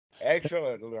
Excellent